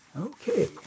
Okay